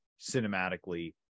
cinematically